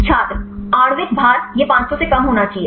छात्र आणविक भार यह 500 से कम होना चाहिए